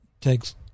takes